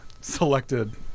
selected